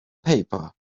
paper